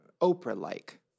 Oprah-like